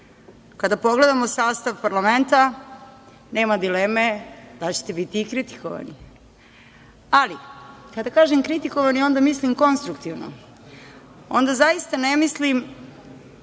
pogledamo sastav parlamenta nema dileme da ćete biti i kritikovani, ali kada kažem kritikovani onda mislim konstruktivno. Onda zaista ne mislim